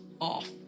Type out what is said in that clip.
off